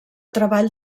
treball